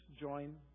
join